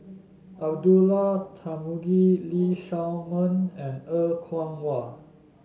Abdullah Tarmugi Lee Shao Meng and Er Kwong Wah